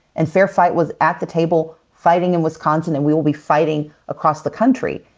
and fair fight was at the table fighting in wisconsin, and we will be fighting across the country.